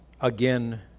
again